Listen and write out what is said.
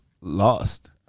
lost